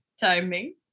Timing